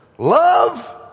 Love